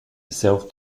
itself